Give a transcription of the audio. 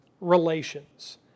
relations